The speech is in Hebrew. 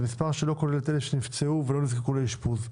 זה מספר שלא כולל את אלה שנפצעו ולא נזקקו אשפוז.